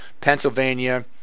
Pennsylvania